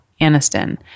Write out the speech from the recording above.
Aniston